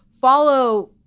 follow